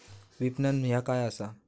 विपणन ह्या काय असा?